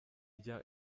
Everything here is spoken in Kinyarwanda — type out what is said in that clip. ijya